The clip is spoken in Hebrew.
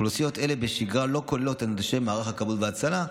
אוכלוסיות אלה בשגרה לא כוללות את אנשי מערך הכבאות וההצלה.